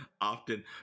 often